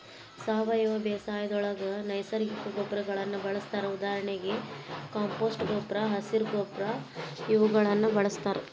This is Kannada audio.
ಸಾವಯವ ಬೇಸಾಯದೊಳಗ ನೈಸರ್ಗಿಕ ಗೊಬ್ಬರಗಳನ್ನ ಬಳಸ್ತಾರ ಉದಾಹರಣೆಗೆ ಕಾಂಪೋಸ್ಟ್ ಗೊಬ್ಬರ, ಹಸಿರ ಗೊಬ್ಬರ ಇವುಗಳನ್ನ ಬಳಸ್ತಾರ